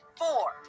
four